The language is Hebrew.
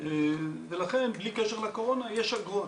ולכן בלי קשר לקורונה, יש אגרות.